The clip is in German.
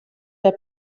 der